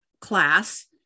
class